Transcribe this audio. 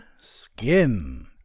Skin